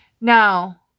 Now